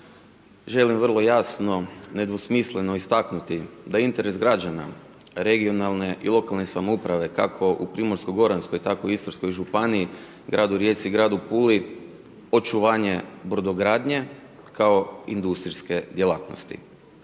želim vrlo jasno, nedvosmisleno istaknuti, da interes građana regionalne i lokalne samouprave kako u Primorsko goranske tako i u Istarskoj županiji, gradu Rijeci, gradu Puli očuvanje brodogradnje kao industrijske djelatnosti,